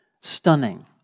stunning